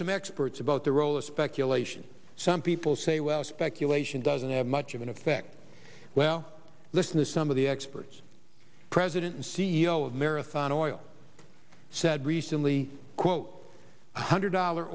some experts about the role of speculation some people say well speculation doesn't have much of an effect well listen to some of the experts president and c e o of marathon oil said recently quote one hundred dollar